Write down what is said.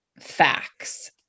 facts